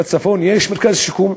בצפון יש מרכז שיקום.